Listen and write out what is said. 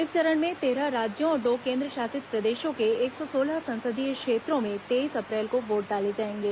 इस चरण में तेरह राज्यों और दो केन्द्र शासित प्रदेशों के एक सौ सोलह संसदीय क्षेत्रों में तेईस अप्रैल को वोट डाले जाएंगे